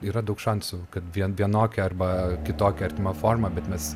yra daug šansų kad vien vienokia arba kitokia artima forma bet mes